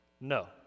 No